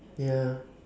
ya